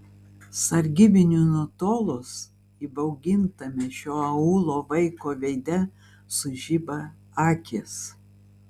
sargybiniui nutolus įbaugintame šio aūlo vaiko veide sužiba akys